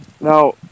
Now